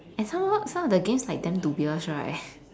and somehow some of the games like damn dubious right